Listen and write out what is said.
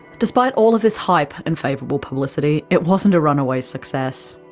despite all of this hype and favourable publicity, it wasn't a runaway success.